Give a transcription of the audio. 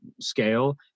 scale